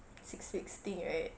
six weeks thing right